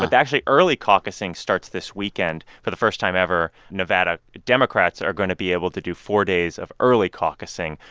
but actually, early caucusing starts this weekend. for the first time ever, nevada democrats are going to be able to do four days of early caucusing,